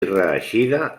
reeixida